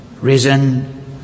risen